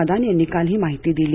मदान यांनी काल ही माहिती दिली